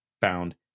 found